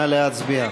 נא להצביע.